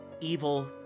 evil